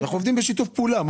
אנחנו עובדים בשיתוף פעולה.